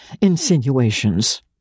insinuations